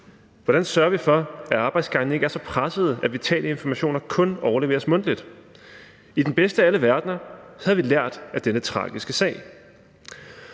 Hvordan sørger vi for, at arbejdsgangene ikke er så pressede, at vitale informationer kun overleveres mundtligt? I den bedste af alle verdener havde vi lært af denne tragiske sag.